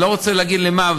אני לא רוצה להגיד למה,